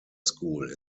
school